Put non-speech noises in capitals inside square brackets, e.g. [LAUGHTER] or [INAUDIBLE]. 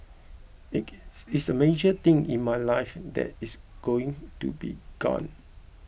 [UNINTELLIGIBLE] it's a major thing in my life that it's going to be gone